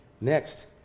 next